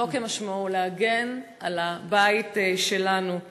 פשוטו כמשמעו, להגן על הבית שלנו.